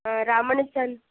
ஆ ரமணிச்சந்